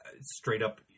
straight-up